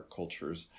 cultures